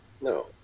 No